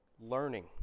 learning